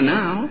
now